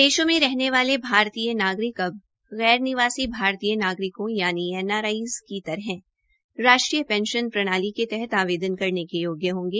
विदेशों में रहने वाले भारतीय नागरिको अब गैर निवासी भारतीय नागरिकों यानि एनआरआई की तरह राष्ट्रीय पेंशन प्रणाली के तहत आवेदन करने के योग्य होंगे